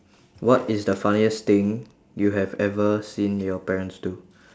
what is the funniest thing you have ever seen your parents do